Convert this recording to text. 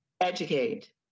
educate